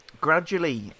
gradually